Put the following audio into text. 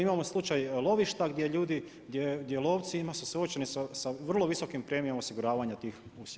Imamo slučaj lovišta, gdje ljudi, gdje lovci su suočeni sa vrlo visokim premijama osiguravanja tih usjeva.